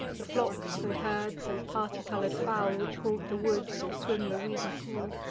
the flocks and herds, and party-color'd fowl, which haunt the woods, or swim the weedy pool,